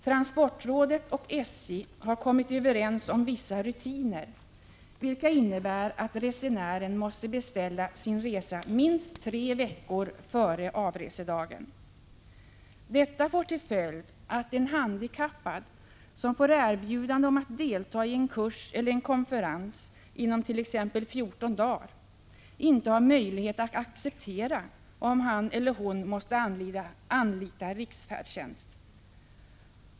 Transportrådet och SJ har kommit överens om vissa rutiner, vilka innebär att resenären måste beställa sin resa minst tre veckor före avresedagen. Detta får till följd att en handikappad som får erbjudande om att delta i en kurs eller konferens inom t.ex. 14 dagar inte har möjlighet att acceptera, om han eller hon måste anlita riksfärdtjänst.